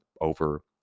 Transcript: over